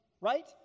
Right